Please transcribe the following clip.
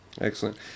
Excellent